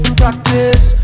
practice